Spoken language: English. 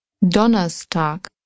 Donnerstag